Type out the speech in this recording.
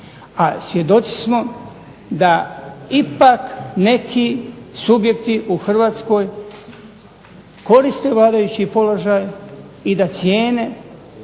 A svjedoci smo da ipak neki subjekti u Hrvatskoj koriste vladajući položaj i da cijene